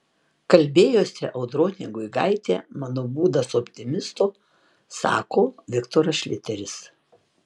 kalbėjosi audronė guigaitė mano būdas optimisto sako viktoras šliteris